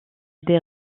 des